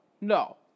no